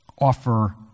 offer